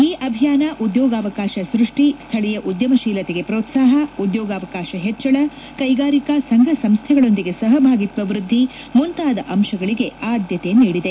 ಈ ಅಭಿಯಾನ ಉದ್ಯೋಗಾವಕಾಶ ಸೃಷ್ವಿ ಸ್ಥಳೀಯ ಉದ್ಯಮಶೀಲತೆಗೆ ಪ್ರೋತ್ಸಾಹ ಉದ್ಯೋಗಾವಕಾಶ ಹೆಚ್ಚಳ ಕೈಗಾರಿಕಾ ಸಂಘ ಸಂಸ್ಠೆಗಳೊಂದಿಗೆ ಸಹಭಾಗಿತ್ವ ವೃದ್ದಿ ಮುಂತಾದ ಅಂಶಗಳಿಗೆ ಆದ್ಯತೆ ನೀಡಿದೆ